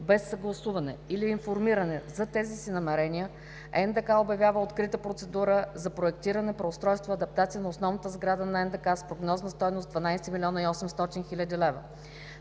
без съгласуване или информиране за тези си намерения, НДК обявява открита процедура за „Проектиране, преустройство и адаптация на основната сграда на НДК“ с прогнозна стойност 12 млн. 800 хил. лв.